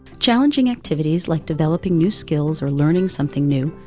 challenging activities, like developing new skills or learning something new,